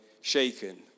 shaken